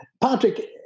Patrick